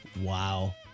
Wow